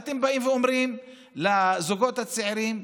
אתם באים ואומרים לזוגות הצעירים,